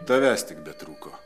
tavęs tik betrūko